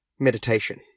Meditation